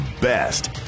best